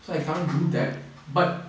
so I can't do that but